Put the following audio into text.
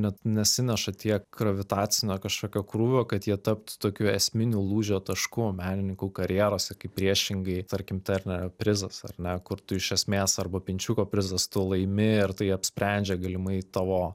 net nesineša tiek gravitacinio kažkokio krūvio kad jie taptų tokiu esminiu lūžio tašku menininkų karjeros ir kaip priešingai tarkim terner prizas ar ne kur tu iš esmės arba pinčiuko prizas laimi ir tai apsprendžia galimai tavo